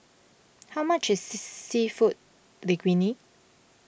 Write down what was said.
how much is Seafood Linguine